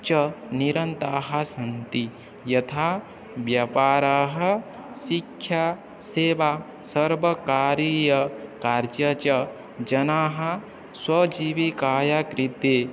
च निरन्ताः सन्ति यथा व्यापाराः शिक्षासेवा सर्वकारीयं कार्यं च जनाः स्वजीविकायाः कृते